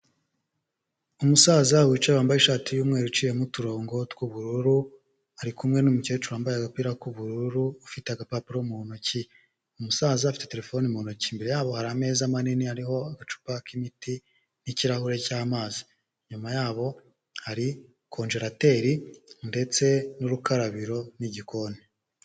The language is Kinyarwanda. Umusaza wicaye wambaye ishati y'umweru iciyemo uturongo tw'ubururu, ari kumwe n'umukecuru wambaye agapira k'ubururu, ufite agapapuro mu ntoki, umusaza afite telefone mu ntoki, imbere yabo hari ameza manini ariho agacupa k'imiti n'ikirahure cy'amazi, inyuma yabo hari konjerateri ndetse n'urukarabiro n'igikoni.